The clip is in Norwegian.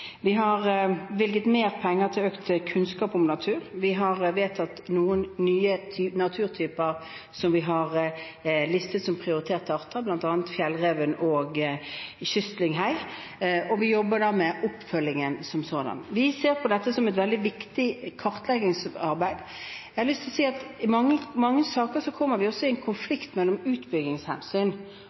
har bevilget mer penger til økt kunnskap om natur, vi har vedtatt å oppføre noen nye arter og naturtyper på listen over prioriterte arter, bl.a. fjellreven og kystlynghei, og vi jobber med oppfølgingen som sådan. Vi ser på dette som et veldig viktig kartleggingsarbeid. Jeg har lyst til å si at i mange saker kommer vi i en konflikt mellom utbyggingshensyn